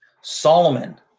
Solomon